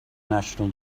national